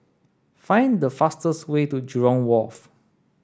find the fastest way to Jurong Wharf